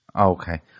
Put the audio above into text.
Okay